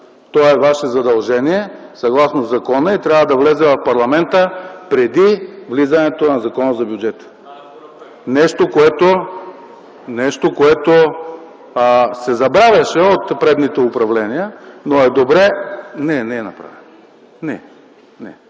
Той е Ваше задължение, съгласно закона, и трябва да влезе в парламента преди влизането на Закона за бюджета. Нещо, което се забравяше от предните управления, но е добре... ЛЪЧЕЗАР ИВАНОВ